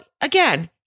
again